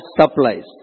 supplies